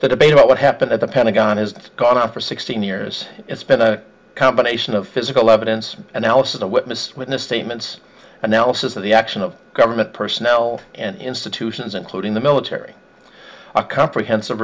the debate about what happened at the pentagon isn't caught out for sixteen years it's been a combination of physical evidence analysis of witness witness statements analysis of the action of government personnel and institutions including the military a comprehensive